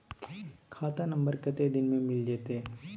खाता नंबर कत्ते दिन मे मिल जेतै?